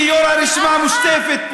כיו"ר הרשימה המשותפת,